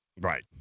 Right